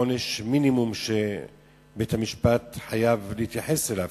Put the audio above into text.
עונש מינימום שבית-המשפט חייב להתייחס אליו.